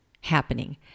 happening